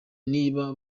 niba